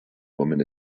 woman